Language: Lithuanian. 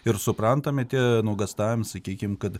ir suprantami tie nuogąstavimai sakykim kad